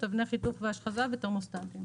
אבני חיתוך והשחזה בתרמוסטטים.